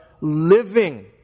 living